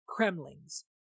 Kremlings